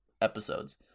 episodes